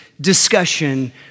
discussion